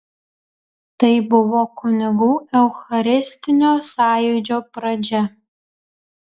tai buvo kunigų eucharistinio sąjūdžio pradžia